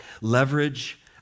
leverage